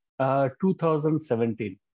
2017